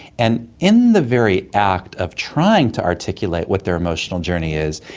and in the very act of trying to articulate what their emotional journey is,